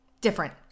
different